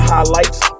Highlights